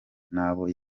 n’abo